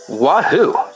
Wahoo